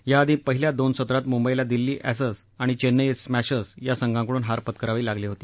याआधी पहील्या दोन सत्रात मुंबईला दिल्ली अस्ति आणि चेन्नई स्मर्धार्स या संघांकडून हार पत्करावी लागली होती